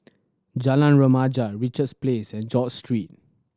Jalan Remaja Richards Place and George Street